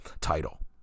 title